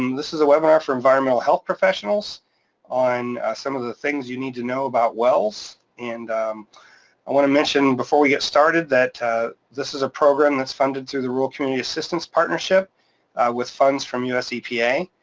um this is a webinar for environmental health professionals on some of the things you need to know about wells. and i wanna mention before we get started that this is a program that's funded through the rural community assistance partnership with funds from us epa.